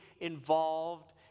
involved